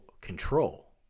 control